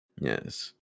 Yes